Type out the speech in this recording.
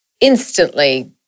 instantly